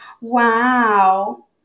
Wow